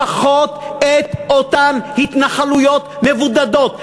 לפחות את אותן התנחלויות מבודדות,